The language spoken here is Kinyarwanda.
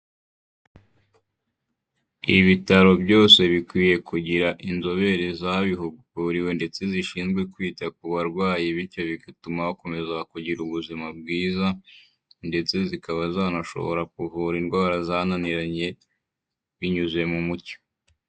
Ibitaro byose bikwiye kugira inzobere zabihuguriwe ndetse zishinzwe kwita ku barwayi bityo bigatuma bakomeza kugira ubuzima bwiza ndetse zikaba zanashobora kuvura indwara zananiranye, binyuze mu mucyo.